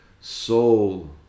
soul